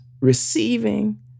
receiving